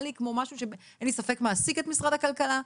לי כמו משהו שאין לי ספק מעסיק את משרד הכלכלה.